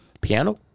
Piano